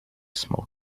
small